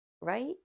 right